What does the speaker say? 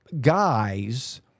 guys